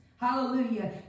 hallelujah